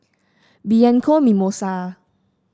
Bianco Mimosa